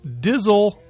Dizzle